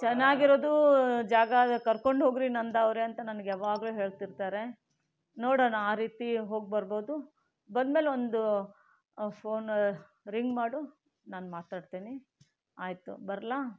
ಚೆನ್ನಾಗಿರೋದು ಜಾಗ ಕರ್ಕೊಂಡು ಹೋಗ್ರಿ ನಂದಾವ್ರೆ ಅಂತ ನನಗೆ ಯಾವಾಗ್ಲೂ ಹೇಳ್ತಿರ್ತಾರೆ ನೋಡೋಣ ಆ ರೀತಿ ಹೋಗ್ಬರ್ಬೋದು ಬಂದ್ಮೇಲೆ ಒಂದು ಫೋನು ರಿಂಗ್ ಮಾಡು ನಾನು ಮಾತಾಡ್ತೀನಿ ಆಯಿತು ಬರ್ಲಾ